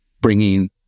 bringing